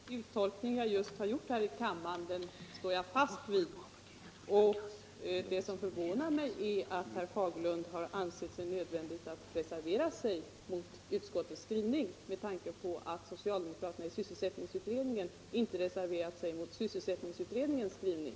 Herr talman! Den uttolkning jag just har gjort här i kammaren står jag fast vid. Det som förvånar mig är att herr Fagerlund har ansett det nödvändigt att reservera sig mot utskottets skrivning med tanke på att socialdemokraterna i sysselsättningsutredningen inte reserverat sig mot sysselsättningsutredningens skrivning.